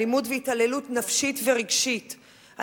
אלימות והתעללות נפשית ורגשית,